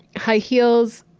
high heels,